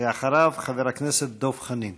ואחריו, חבר הכנסת דב חנין.